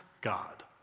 God